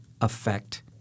affect